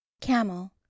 Camel